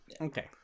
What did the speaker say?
Okay